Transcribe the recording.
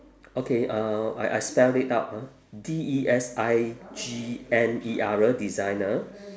okay uh I I spell it out ah D E S I G N E R designer